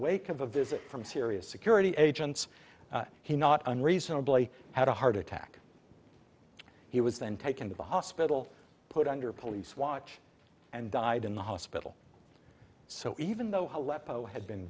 wake of a visit from syria's security agents he not unreasonably had a heart attack he was then taken to the hospital put under police watch and died in the hospital so even though h